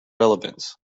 relevance